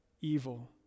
evil